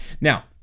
Now